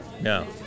No